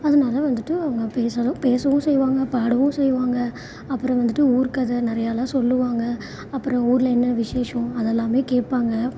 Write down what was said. அதனால வந்துட்டு அவங்க பேசணும் பேசவும் செய்வாங்க பாடவும் செய்வாங்க அப்புறம் வந்துட்டு ஊர்க்கதை நிறையாலாம் சொல்லுவாங்க அப்புறம் ஊரில் என்ன விசேஷம் அதெல்லாமே கேட்பாங்க